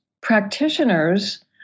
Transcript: practitioners